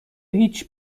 هیچ